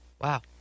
wow